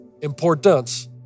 importance